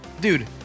Dude